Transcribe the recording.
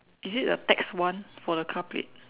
is it a tax one for the car plate